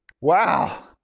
Wow